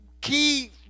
key